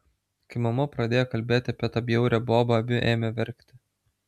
kai mama pradėjo kalbėti apie tą bjaurią bobą abi ėmė verkti